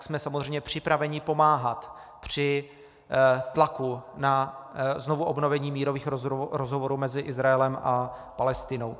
Jsme samozřejmě připraveni pomáhat při tlaku na znovuobnovení mírových rozhovorů mezi Izraelem a Palestinou.